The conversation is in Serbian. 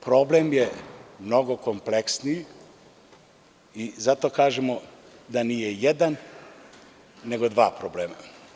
Problem je mnogo kompleksniji i zato kažemo da nije jedan, nego dva problema.